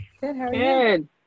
Good